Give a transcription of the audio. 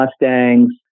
Mustangs